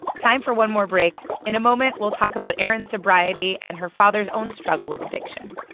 time for one more break. in a moment, we'll talk about erin's sobriety and her father's own struggle with addiction